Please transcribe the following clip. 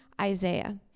Isaiah